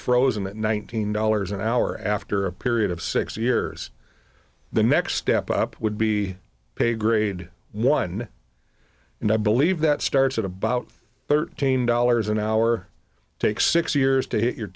frozen at nineteen dollars an hour after a period of six years the next step up would be pay grade one and i believe that starts at about thirteen dollars an hour takes six years to hit your